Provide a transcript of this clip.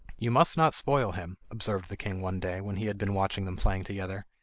you must not spoil him observed the king one day, when he had been watching them playing together.